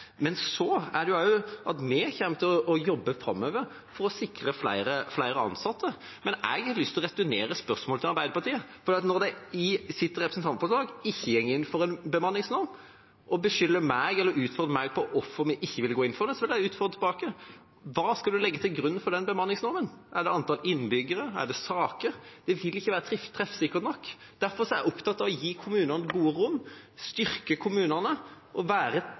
Vi kommer også til å jobbe for å sikre flere ansatte framover, men jeg har lyst til å returnere spørsmålet til Arbeiderpartiet. Når de i sitt representantforslag ikke går inn for en bemanningsnorm og utfordrer meg på hvorfor vi ikke ville gå inn for det, vil jeg utfordre tilbake. Hva skal en legge til grunn for den bemanningsnormen? Er det antall innbyggere, er det saker? Det vil ikke være treffsikkert nok. Derfor er jeg opptatt av å gi kommunene gode rom, styrke kommunene og stole på at de gjør de riktige prioriteringene for å forebygge bedre og for å få et